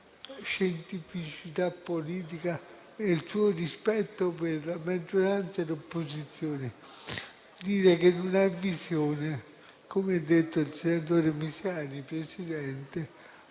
scientificità politica e il suo rispetto per la maggioranza e l'opposizione, dire che non ha visione. Come ha detto il senatore Misiani, significa